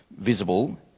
visible